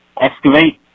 Excavate